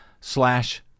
slash